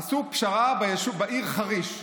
עשו פשרה בעיר חריש,